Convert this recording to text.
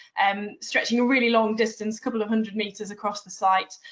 um stretching a really long distance, couple of hundred meters across the site.